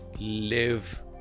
live